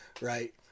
right